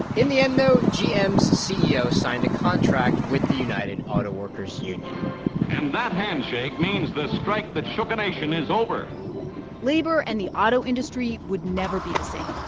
in the end, though, gm's ceo signed a contract with the united auto workers union and that handshake means the strike that but shook a nation is over labor and the auto industry would never be the same.